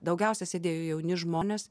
daugiausiai sėdėjo jauni žmonės